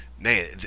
man